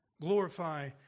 Glorify